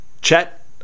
Chet